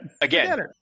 Again